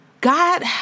God